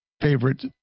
favorite